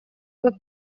как